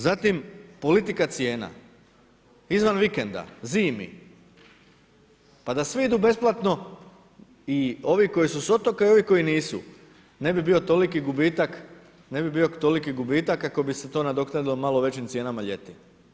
Zatim, politika cijena, izvan vikenda, zimi, pa da svi idu besplatno i ovi koji su s otoka i ovi koji nisu ne bi bio toliki gubitak, ne bi bio toliki gubitak kako bi se to nadoknadilo malo većim cijenama ljeti.